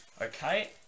Okay